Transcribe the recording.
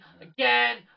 again